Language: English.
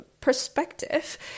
perspective